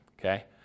Okay